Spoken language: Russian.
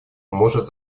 может